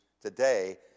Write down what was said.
today